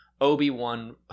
Obi-Wan